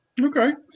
Okay